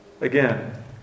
Again